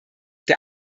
der